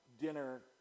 dinner